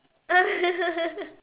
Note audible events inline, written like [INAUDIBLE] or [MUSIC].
[LAUGHS]